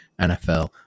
NFL